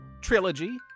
trilogy